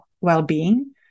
well-being